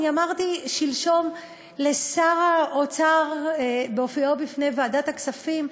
אמרתי שלשום לשר האוצר, בהופיעו בפני ועדת הכספים,